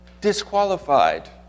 disqualified